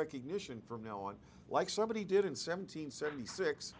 recognition from now on like somebody did in seventeen seventy six